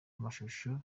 amashusho